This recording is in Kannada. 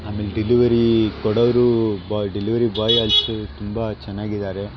ಆಮೇಲೆ ಡೆಲಿವರಿ ಕೊಡವರು ಬಾ ಡೆಲಿವರಿ ಬಾಯ್ ಅಂತು ತುಂಬಾ ಚೆನ್ನಾಗಿದ್ದಾರೆ